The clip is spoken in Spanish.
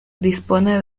dispone